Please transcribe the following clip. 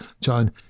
John